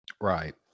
Right